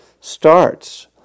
starts